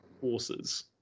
forces